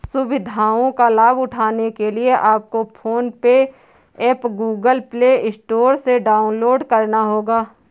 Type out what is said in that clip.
सुविधाओं का लाभ उठाने के लिए आपको PhonePe app Google Play Store से डाउनलोड करना होगा